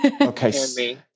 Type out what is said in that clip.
Okay